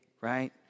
right